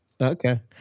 Okay